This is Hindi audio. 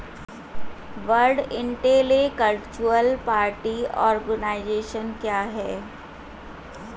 वर्ल्ड इंटेलेक्चुअल प्रॉपर्टी आर्गनाइजेशन क्या है?